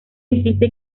insiste